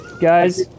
guys